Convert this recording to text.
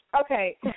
Okay